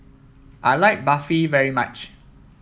I like Barfi very much